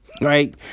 right